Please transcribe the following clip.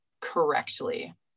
correctly